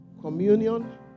communion